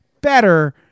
better